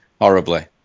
Horribly